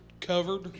covered